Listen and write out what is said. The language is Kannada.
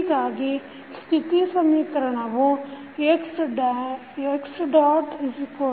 ಹೀಗಾಗಿ ಸ್ಥಿತಿ ಸಮೀಕರಣವು xAxBu